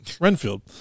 Renfield